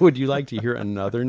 would you like to hear another